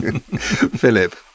Philip